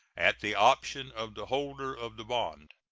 at the option of the holder of the bond.